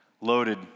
loaded